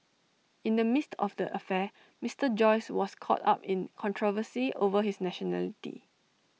in the midst of the affair Mister Joyce was caught up in controversy over his nationality